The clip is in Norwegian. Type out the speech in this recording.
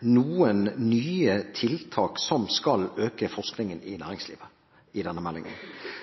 noen nye tiltak i denne meldingen som skal øke forskningen i næringslivet.